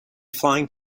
flying